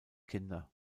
kinder